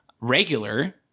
regular